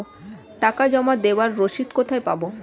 টাকা জমা দেবার রসিদ কোথায় পাব?